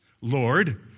Lord